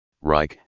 Reich